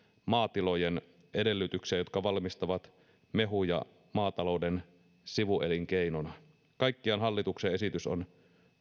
maatilojen edellytyksiä jotka valmistavat mehuja maatalouden sivuelinkeinona kaikkiaan hallituksen esitys on